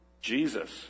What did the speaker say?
Jesus